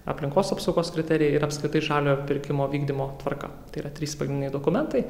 aplinkos apsaugos kriterijai ir apskritai žaliojo pirkimo vykdymo tvarka tai yra trys pagrindiniai dokumentai